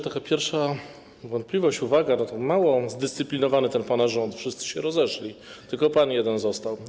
Taka pierwsza wątpliwość, uwaga: mało zdyscyplinowany ten pana rząd, wszyscy się rozeszli, tylko pan jeden został.